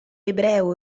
ebreo